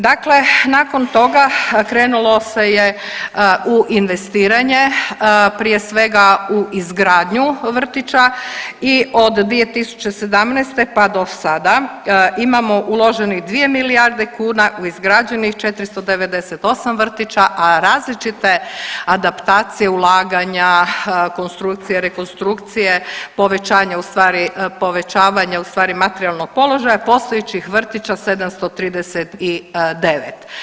Dakle nakon toga krenulo se je u investiranje, prije svega u izgradnju vrtića i od 2017. pa do sada imamo uloženih 2 milijarde kuna u izgrađenih 498 vrtića, a različite adaptacije, ulaganja, konstrukcije, rekonstrukcije, povećanje u stvari, povećavanja u stvari materijalnog položaja postojećih vrtića 739.